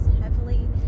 heavily